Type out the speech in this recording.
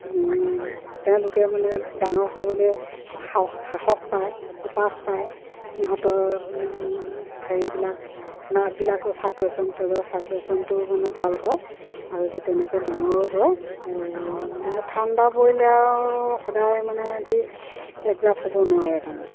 তেওঁলোকে মানে ডাঙৰ হ'বলৈ সাহস পায় সতাশ পায় সিহঁতৰ হেৰিবিলাক নাৰ্ভবিলাকো চাৰ্কুলেশ্যন তেজৰ চাৰ্কুলেশ্যনটো মানে ভাল হয় আৰু সেই তেনেকৈ ডাঙৰো হয় আৰু মানে ঠাণ্ডা পৰিলে আৰু সদায় মানে সেহেঁতি এডজাষ্ট হ'ব নোৱাৰে তাৰমানে